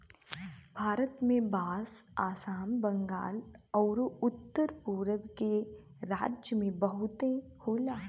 भारत में बांस आसाम, बंगाल आउर उत्तर पुरब के राज्य में बहुते होला